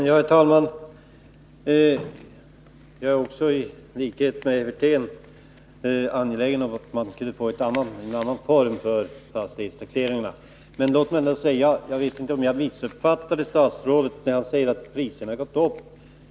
Herr talman! I likhet med Rolf Wirtén är jag angelägen om att få till stånd en annan form för fastighetstaxeringarna. Jag vet inte om jag missuppfattade statsrådet, men jag tyckte han sade att priserna har gått upp.